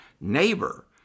neighbor